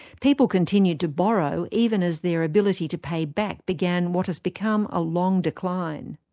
people continued to borrow, even as their ability to pay back began what has become a long decline.